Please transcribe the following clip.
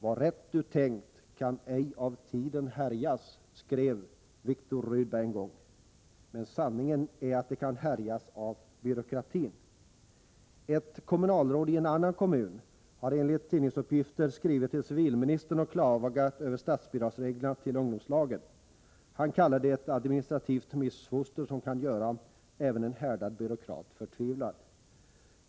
”Vad rätt Du tänkt —-—— kan ej av tiden härjas”, skrev Viktor Rydberg en gång. Men sanningen är att det kan ”härjas” av byråkratin. Ett kommunalråd i en annan kommun har enligt tidningsuppgifter skrivit till civilministern och klagat över reglerna för statsbidrag till ungdomslagen. Han kallar dem ett administrativt missfoster som kan göra även en härdad byråkrat förtvivlad.